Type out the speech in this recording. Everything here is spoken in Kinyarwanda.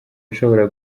nshobora